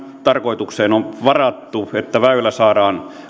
tarkoituksena on että väylä saadaan